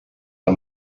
der